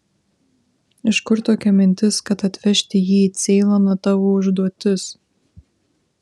iš kur tokia mintis kad atvežti jį į ceiloną tavo užduotis